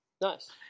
Nice